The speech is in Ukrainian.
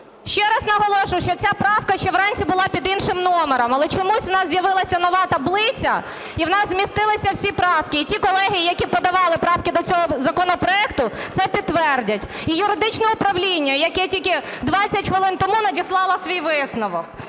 Ще раз наголошую, що ця правка ще вранці була під іншим номером, але чомусь у нас з'явилася нова таблиця і у нас змістилися всі правки, і ті колеги, які подавали правки до цього законопроекту це підтвердять, і юридичне управління, яке тільки 20 хвилин тому надіслало свій висновок.